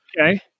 Okay